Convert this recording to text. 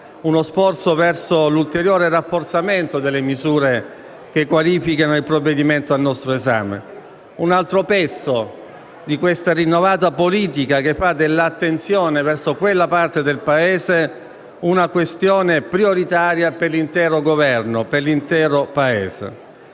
uno sforzo verso l'ulteriore rafforzamento delle misure che qualificano il provvedimento al nostro esame. Un altro pezzo di questa rinnovata politica che fa dell'attenzione verso quella parte del Paese una questione prioritaria per l'intero Governo e per l'intero Paese.